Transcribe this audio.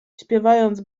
śpiewając